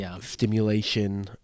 stimulation